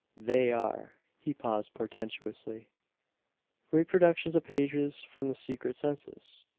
they are he paused portentously reproductions of pages from the secret census!